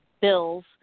bills